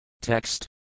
Text